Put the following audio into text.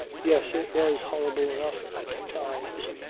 yes. it was horrible enough at times,